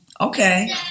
Okay